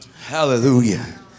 Hallelujah